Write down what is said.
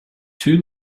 two